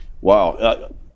Wow